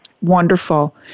Wonderful